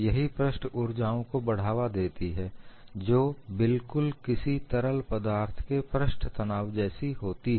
यही पृष्ठ ऊर्जाओं को बढ़ावा देती है जो बिल्कुल किसी तरल पदार्थ के पृष्ठ तनाव जैसी होती है